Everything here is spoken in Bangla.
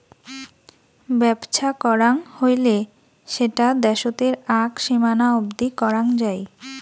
বেপছা করাং হৈলে সেটা দ্যাশোতের আক সীমানা অবদি করাং যাই